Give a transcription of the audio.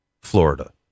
Florida